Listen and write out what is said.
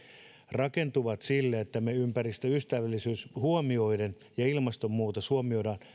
rakentuvat sille että ympäristöystävällisyys huomioiden ja ilmastonmuutos huomioiden meillä rakennetaan